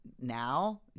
now